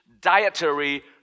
dietary